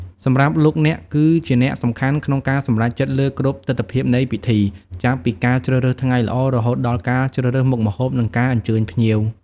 សម្រាប់លោកអ្នកគឺជាអ្នកសំខាន់ក្នុងការសម្រេចចិត្តលើគ្រប់ទិដ្ឋភាពនៃពិធី ចាប់ពីការជ្រើសរើសថ្ងៃល្អ រហូតដល់ការជ្រើសរើសមុខម្ហូប និងការអញ្ជើញភ្ញៀវ។